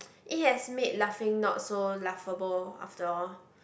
eat as mad laughing not so laughable after all